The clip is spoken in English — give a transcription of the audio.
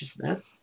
consciousness